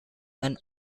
and